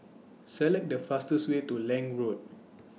Select The fastest Way to Lange Road